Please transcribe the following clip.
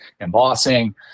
embossing